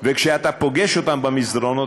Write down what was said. וכשאתה פוגש אותם במסדרונות,